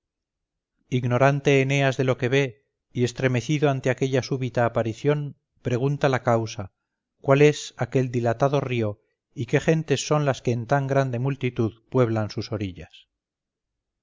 ignorante eneas de lo que ve y estremecido ante aquella súbita aparición pregunta la causa cuál es aquel dilatado río y qué gentes son las que en tan grande multitud pueblan sus orillas